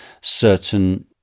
certain